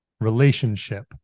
relationship